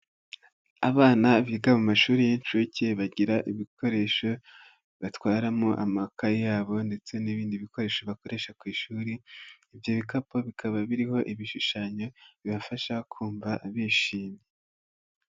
Abana biga mu mashuri y'inshuke bagira ibikoresho batwaramo amakaye yabo ndetse n'ibindi bikoresho bakoresha ku ishuri ibyo bikapu bikaba biriho ibishushanyo bibafasha kumva bishimye.